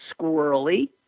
squirrely